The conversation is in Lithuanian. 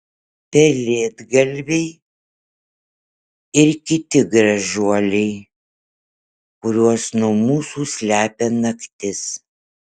pelėdgalviai ir kiti gražuoliai kuriuos nuo mūsų slepia naktis